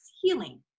healing